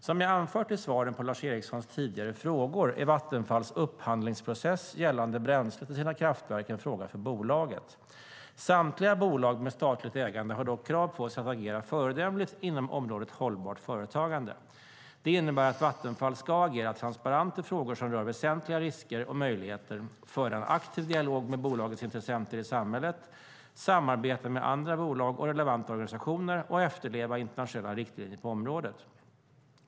Som jag anfört i svaren på Lars Erikssons tidigare frågor är Vattenfalls upphandlingsprocess gällande bränsle till sina kraftverk en fråga för bolaget. Samtliga bolag med statligt ägande har dock krav på sig att agera föredömligt inom området hållbart företagande. Det innebär att Vattenfall ska agera transparent i frågor som rör väsentliga risker och möjligheter, föra en aktiv dialog med bolagets intressenter i samhället, samarbeta med andra bolag och relevanta organisationer och efterleva internationella riktlinjer på området.